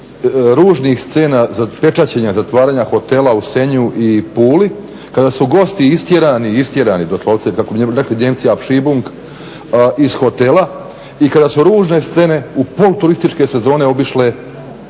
ružnih scena pečaćenja zatvaranja hotela u Senju i Puli kada su gosti istjerani, istjerani doslovce kako bi rekli Nijemci abschiebung iz hotela i kada su ružne scene u pol turističke sezone obišle